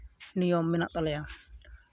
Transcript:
ᱱᱤᱭᱚᱢ ᱢᱮᱱᱟᱜ ᱛᱟᱞᱮᱭᱟ